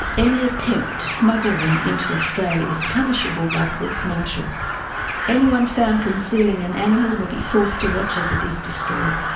any attempt to smuggle them into australia is punishable by courts-martial. anyone found concealing an animal will be forced to watch as it is destroyed.